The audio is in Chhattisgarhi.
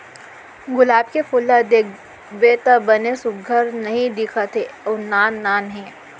गुलाब के फूल ल देखबे त बने सुग्घर नइ दिखत हे अउ नान नान हे